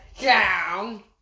down